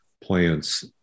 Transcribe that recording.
plants